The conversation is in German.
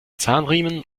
zahnriemen